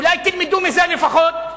אולי תלמדו מזה לפחות?